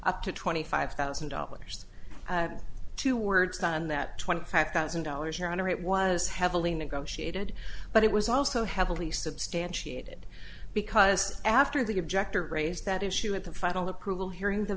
up to twenty five thousand dollars to words on that twenty five thousand dollars your honor it was heavily negotiated but it was also heavily substantiated because after the objector raised that issue at the final approval hearing the